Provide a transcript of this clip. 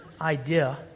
idea